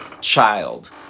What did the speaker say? child